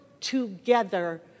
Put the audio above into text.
together